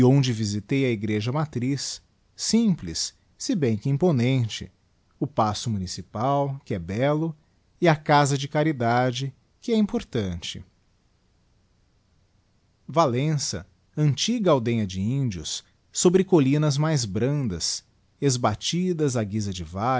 onde visitei a egreja matriz simples se bem que imponente o paço municipal que é bello e a casa de caridade que é importante valença antiga digiti zedby google aldeia de índios bobrç couinas mais brandas eâbaífiâd a guizade valle e